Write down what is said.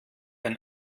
ein